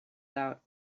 out